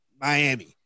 Miami